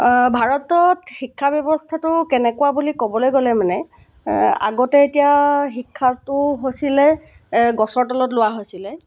ভাৰতত শিক্ষা ব্যৱস্থাটো কেনেকুৱা বুলি ক'বলৈ গ'লে মানে আগতে এতিয়া শিক্ষাটো হৈছিলে গছৰ তলত লোৱা হৈছিলে